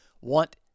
want